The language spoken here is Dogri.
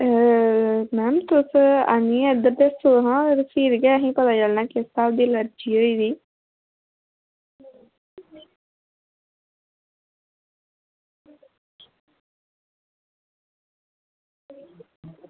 मैडम जी तुस इद्धर आहनियै दस्सो आं फिर गै असेंगी पता चलना की किस स्हाबै दी एलर्जी ऐ